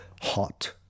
Hot